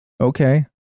Okay